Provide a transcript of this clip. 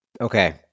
okay